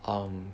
um